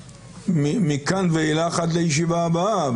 מכאן ואליך עד לישיבה הבאה,